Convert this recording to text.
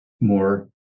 More